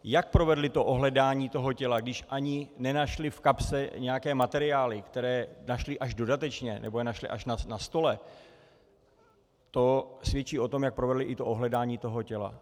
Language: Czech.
Jak provedli to ohledání těla, když ani nenašli v kapse nějaké materiály, které našli až dodatečně, nebo je našli až na stole, to svědčí o tom, jak provedli ohledání toho těla.